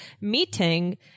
meeting